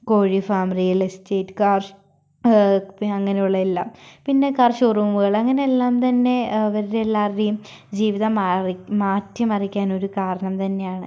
കോഴി farm real estate പിന്നെ അങ്ങനെ ഉള്ള എല്ലാം പിന്നെ കാർ ഷോറൂമുകൾ അങ്ങനെ എല്ലാം തന്നെ അവരുടെ എല്ലാവരുടെയും ജീവിതം മാറി മാറ്റിമറിക്കാൻ ഒരു കാരണം തന്നെയാണ്